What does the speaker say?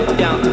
down